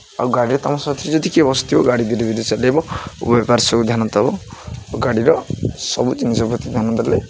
ଆଉ ଗାଡ଼ିରେ ତୁମ ସାଥିରେ ଯଦି କିଏ ବସିଥିବ ଗାଡ଼ି ଧୀରେ ଧୀରେ ଚଲାଇବ ଓ ଏ ପ୍ରକାର ସବୁ ଧ୍ୟାନ ଦେବ ଆଉ ଗାଡ଼ିର ସବୁ ଜିନିଷ ପ୍ରତି ଧ୍ୟାନ ଦେଲେ